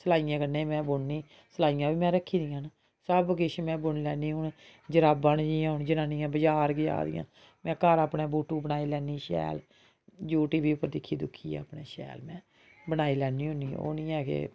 सलाइयें कन्नै बी में बुननी सलाइयां बी में रक्खी दियां न सब किश में बुनी लैन्नी हून जराबां न जि'यां हून जनानियां बजार जा दियां में घर अपने बूटू बनाई लैन्नी शैल यू ट्यूब उप्पर दिक्खी दुक्खियै अपने शैल में बनाई लैन्नी होन्नी ओह् निं ऐ कि